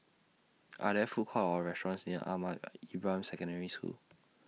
Are There Food Courts Or restaurants near Ahmad Ibrahim Secondary School